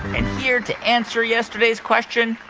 and here to answer yesterday's question,